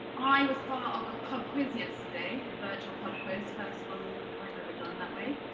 i was part of a pub quiz yesterday, a virtual pub quiz, first one i've ever done that way.